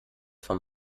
von